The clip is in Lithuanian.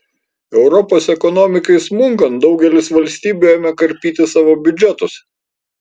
europos ekonomikai smunkant daugelis valstybių ėmė karpyti savo biudžetus